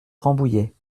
rambouillet